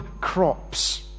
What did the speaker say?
crops